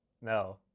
No